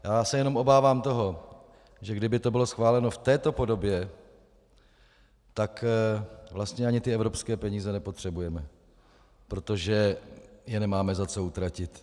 Já se jenom obávám toho, že kdyby to bylo schváleno v této podobě, tak vlastně ani ty evropské peníze nepotřebujeme, protože je nemáme za co utratit.